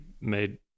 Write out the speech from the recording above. made